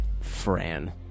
Fran